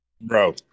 Bro